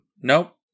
Nope